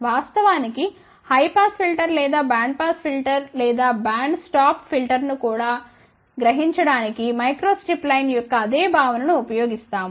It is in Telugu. వాస్తవానికి హై పాస్ ఫిల్టర్ లేదా బ్యాండ్ పాస్ ఫిల్టర్ లేదా బ్యాండ్ స్టాప్ ఫిల్టర్ను కూడా గ్రహించడానికి మైక్రోస్ట్రిప్ లైన్ యొక్క అదే భావనను ఉపయోగిస్తాము